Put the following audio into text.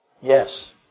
Yes